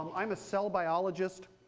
um i'm a cell biologist.